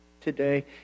today